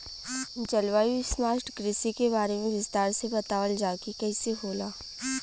जलवायु स्मार्ट कृषि के बारे में विस्तार से बतावल जाकि कइसे होला?